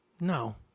no